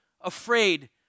afraid